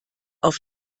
auf